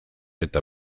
eta